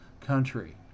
country